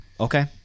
Okay